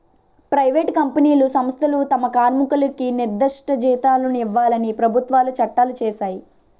private కంపెనీలు సంస్థలు తమ కార్మికులకు నిర్దిష్ట జీతాలను ఇవ్వాలని ప్రభుత్వాలు చట్టాలు చేశాయి